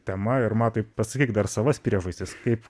tema ir matai pasakyk dar savas priežastis kaip